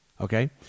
okay